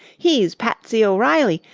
he's patsy o'reilly,